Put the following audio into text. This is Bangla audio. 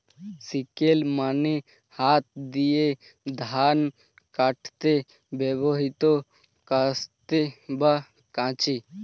সিকেল মানে হাত দিয়ে ধান কাটতে ব্যবহৃত কাস্তে বা কাঁচি